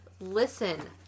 Listen